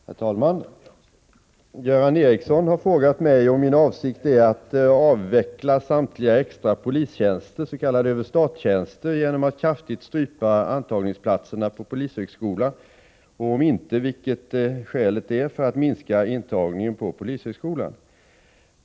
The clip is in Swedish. Herr talman! Göran Ericsson har frågat mig om min avsikt är att avveckla samtliga extra polistjänster, s.k. överstattjänster, genom att kraftigt strypa antagningsplatserna på polishögskolan och, om inte, vilket skälet är för att minska intagningen på polishögskolan.